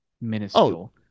minuscule